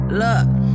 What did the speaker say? look